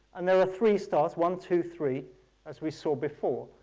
and there are three stars one, two, three as we saw before,